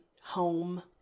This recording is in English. home